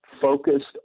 focused